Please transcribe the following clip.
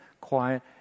quiet